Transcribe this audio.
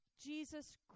Jesus